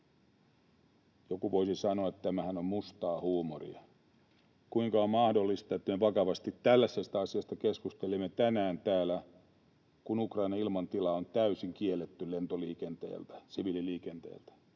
Joku voisi sanoa, että tämähän on mustaa huumoria: kuinka on mahdollista, että me vakavasti tällaisesta asiasta keskustelemme tänään täällä, kun Ukrainan ilmatila on täysin kielletty siviililiikenteeltä?